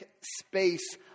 space